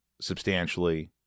substantially